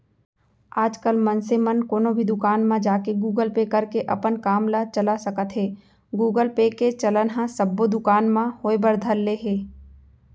आजकल मनसे मन कोनो भी दुकान म जाके गुगल पे करके अपन काम ल चला सकत हें गुगल पे के चलन ह सब्बो दुकान म होय बर धर ले हे